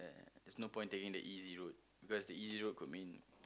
there's no point taking the easy road because the easy road could mean